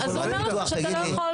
אז הוא אומר לך שאתה לא יכול.